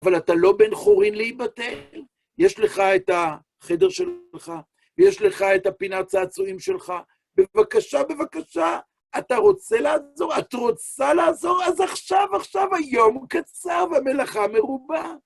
אבל אתה לא בן חורין להיבטל, יש לך את החדר שלך ויש לך את הפינת צעצועים שלך, בבקשה, בבקשה, אתה רוצה לעזור? את רוצה לעזור? אז עכשיו, עכשיו, היום קצר, והמלאכה מרובה.